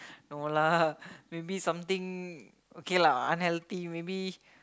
no lah maybe something okay lah unhealthy maybe